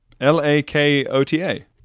L-A-K-O-T-A